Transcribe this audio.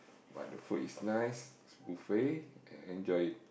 but the food is nice it's buffet and I enjoy it